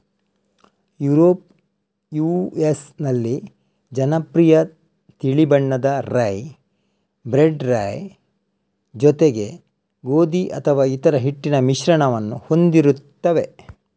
Europe US ನಲ್ಲಿ ಜನಪ್ರಿಯ ತಿಳಿ ಬಣ್ಣದ ರೈ, ಬ್ರೆಡ್ ರೈ ಜೊತೆಗೆ ಗೋಧಿ ಅಥವಾ ಇತರ ಹಿಟ್ಟಿನ ಮಿಶ್ರಣವನ್ನು ಹೊಂದಿರುತ್ತವೆ